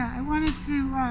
i wanted to